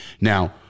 Now